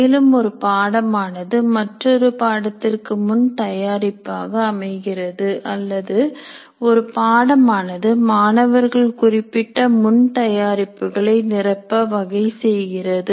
மேலும் ஒரு பாடம் ஆனது மற்றொரு பாடத்திற்கு முன் தயாரிப்பாக அமைகிறது அல்லது ஒரு பாடம் ஆனது மாணவர்கள் குறிப்பிட்ட முன் தயாரிப்புகளை நிரப்ப வகை செய்கிறது